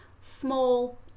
small